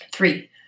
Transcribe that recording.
Three